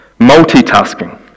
Multitasking